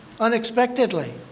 unexpectedly